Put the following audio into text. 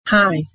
Hi